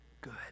good